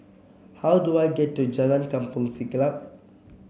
how do I get to Jalan Kampong Siglap